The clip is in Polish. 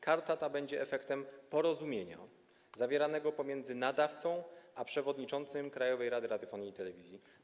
Karta ta będzie efektem porozumienia zawieranego pomiędzy nadawcą a przewodniczącym Krajowej Rady Radiofonii i Telewizji.